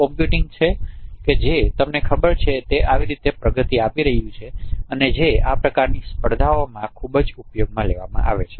computing છે જે તમને ખબર છે તે આવી રીતે પ્રગતિ આપી રહ્યું છે અને જે આ પ્રકારની સ્પર્ધાઓ માટે ખૂબ ઉપયોગમાં લેવામાં આવે છે